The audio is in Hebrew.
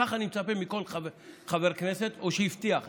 כך אני מצפה מכל חבר כנסת, או ממי שהבטיח.